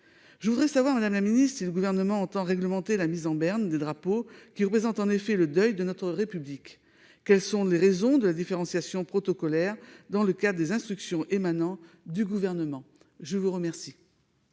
Je souhaiterais savoir, madame la secrétaire d'État, si le Gouvernement entend réglementer la mise en berne des drapeaux, qui représente le deuil de notre République ? Quelles sont les raisons de la différenciation protocolaire dans le cadre des instructions émanant du Gouvernement ? La parole